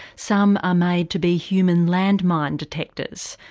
some are made to be human land-mine detectors,